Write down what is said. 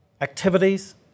activities